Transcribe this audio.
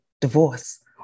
divorce